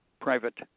private